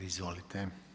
Izvolite.